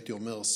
הייתי אומר,